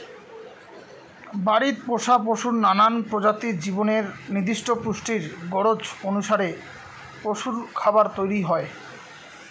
বাড়িত পোষা পশুর নানান প্রজাতির জীবনের নির্দিষ্ট পুষ্টির গরোজ অনুসারে পশুরখাবার তৈয়ার হই